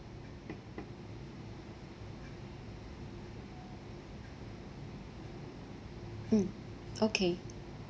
hmm okay